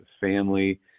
family